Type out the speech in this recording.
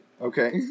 Okay